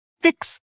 fix